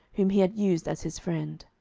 whom he had used as his friend.